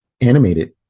animated